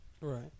Right